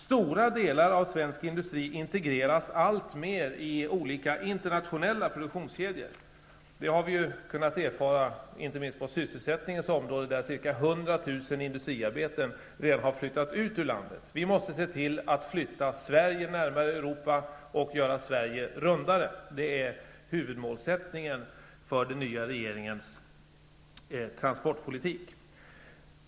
Stora delar av svensk industri integreras alltmer i internationella produktionskedjor. Det har vi kunnat erfara inte minst på sysselsättningsområdet, där ca 100 000 industriarbeten redan flyttat ut ur landet. Vi måste se till att flytta Sverige närmare Europa och göra Sverige rundare. Det är huvudmålsättningen för den nya regeringens transportpolitik.